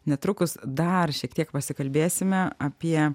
netrukus dar šiek tiek pasikalbėsime apie